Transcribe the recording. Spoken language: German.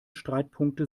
streitpunkte